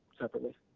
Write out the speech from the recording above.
separately